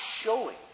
showing